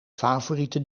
favoriete